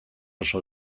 oso